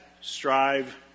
strive